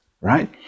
right